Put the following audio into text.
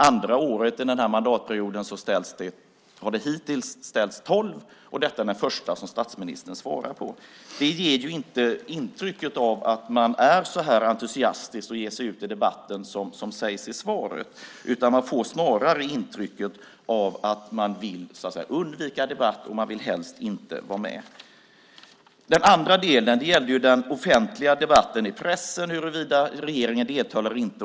Andra året av mandatperioden har det hittills ställts tolv interpellationer och det här är den första som statsministern svarar på. Det ger inte intrycket att man är så entusiastisk att ge sig ut i debatten som det sägs i svaret. Det ger snarare intrycket att man vill undvika debatt och helst inte vara med. Den andra delen gäller den offentliga debatten i pressen om regeringen deltar eller inte.